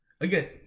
Again